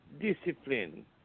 discipline